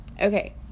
Okay